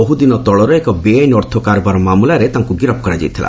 ବହ୍ର ଦିନ ତଳର ଏକ ବେଆଇନ୍ ଅର୍ଥ କାରବାର ମାମଲାରେ ତାଙ୍କୁ ଗିରଫ୍ କରାଯାଇଥିଲା